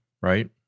right